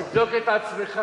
אז תבדוק את עצמך.